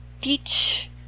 teach